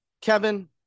Kevin